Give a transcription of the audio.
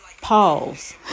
Pause